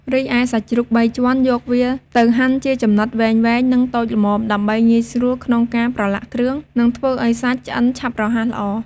រីឯ សាច់ជ្រូកបីជាន់យកវាទៅហាន់ជាចំណិតវែងៗ និងតូចល្មម ដើម្បីងាយស្រួលក្នុងការប្រឡាក់គ្រឿង និងធ្វើឲ្យសាច់ឆ្អិនឆាប់រហ័សល្អ ។